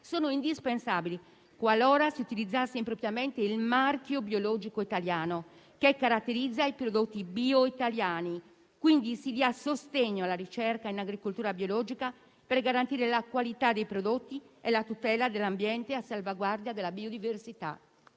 sono indispensabili, qualora si utilizzasse impropriamente il marchio biologico italiano che caratterizza i prodotti bio italiani. Si dia quindi sostegno alla ricerca in agricoltura biologica, per garantire la qualità dei prodotti e la tutela dell'ambiente a salvaguardia della biodiversità.